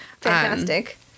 fantastic